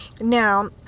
Now